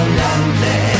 lonely